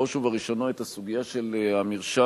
בראש ובראשונה את הסוגיה של המרשם.